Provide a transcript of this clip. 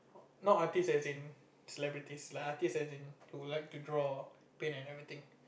not artist as in celebrities lah artist as in to like to draw paint and everything